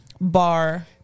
bar